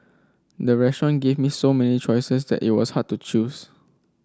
the restaurant gave me so many choices that it was hard to choose